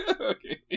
Okay